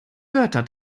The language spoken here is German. wörter